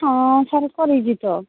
ହଁ ସାର୍ କରିଛି ତ